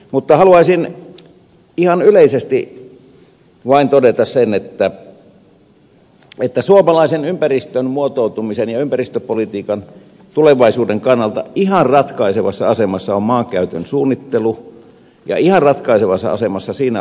mutta haluaisin ihan yleisesti vain todeta sen että suomalaisen ympäristön muotoutumisen ja ympäristöpolitiikan tulevaisuuden kannalta ihan ratkaisevassa asemassa on maankäytön suunnittelu ja ihan ratkaisevassa asemassa siinä ovat maakuntakaavat